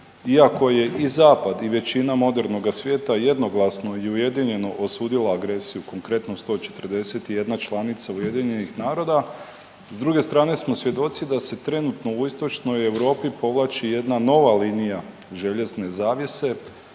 iako je i zapad i većina modernoga svijeta jednoglasno i ujedinjeno osudila agresiju, konkretno 141 članica UN-a, s druge strane smo svjedoci da se trenutno u istočnoj Europi povlači jedna nova linija željezne zavjese